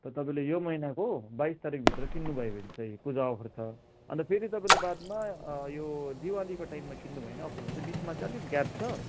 त तपाईँले यो महिनाको बाइस तारिकभित्र किन्नुभयो भने चाहिँ पूजा अफर छ अन्त फेरि तपाईँले बादमा यो दिवालीको टाइममा किन्नु भएमा अफर हुन्छ बिचमा अलिक ग्याप छ